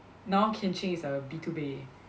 now Hian Ching is at the B two bay